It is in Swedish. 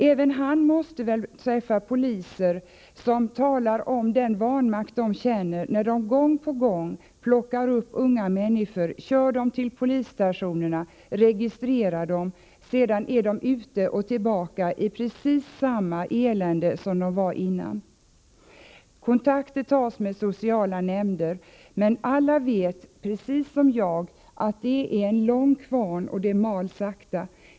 Även han måste väl träffa poliser som talar om den vanmakt de känner när de gång på gång plockar upp unga människor, kör dem till polisstationen och registrerar dem — sedan är dessa ungdomar snart tillbaka i precis samma elände som de befann sig i före polisens ingripande. Kontakter tas med sociala nämnder. Men alla vet, precis som jag, att det tar lång tid — kvarnen mal sakta.